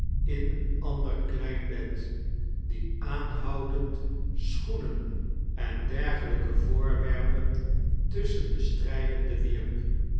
in een ander klein bed die aaahoudend schoenen en dergelijke voorwerpen tusschende strijdehden wierp